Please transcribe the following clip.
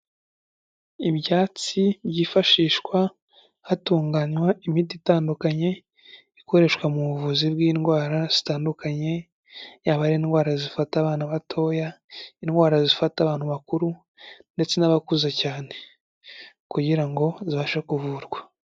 Ibyatsi byifashishwa hatunganywa imiti itandukanye, ikoreshwa mu buvuzi bw'indwara zitandukanye, yaba ari indwara zifata abana batoya, indwara zifata abantu bakuru ndetse n'abakuze cyane, kugira ngo zibashe kuvurwa.